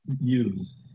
use